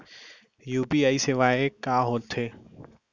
UPI सेवाएं का होथे?